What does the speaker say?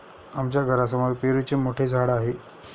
आमच्या घरासमोर पेरूचे मोठे झाड आहे